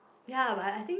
ya but I think